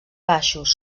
baixos